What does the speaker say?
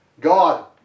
God